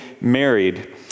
married